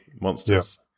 monsters